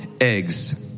eggs